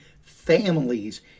Families